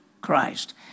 Christ